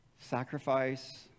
sacrifice